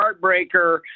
heartbreaker